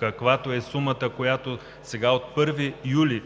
каквато е сумата, която сега от 1 юли